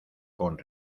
con